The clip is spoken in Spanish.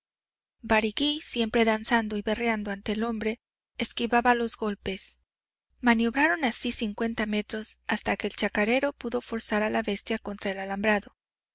hombre barigüí siempre danzando y berreando ante el hombre esquivaba los golpes maniobraron así cincuenta metros hasta que el chacarero pudo forzar a la bestia contra el alambrado